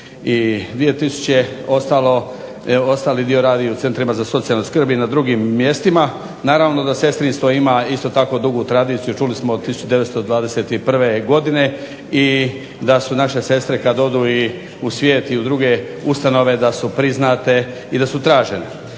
tisuće, ostali dio radi u centrima za socijalnu skrb i na drugim mjestima. Naravno da sestrinstvo ima isto tako dugu tradiciju, čuli smo od 1921. godine i da su naše sestre kad odu i u svijet i u druge ustanove da su priznate, i da su tražene.